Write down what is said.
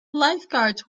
lifeguards